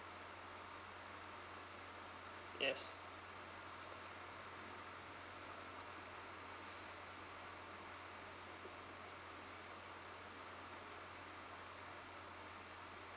yes